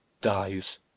Dies